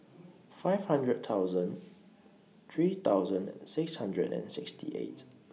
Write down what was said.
five hundred thousand three thousand six hundred and sixty eight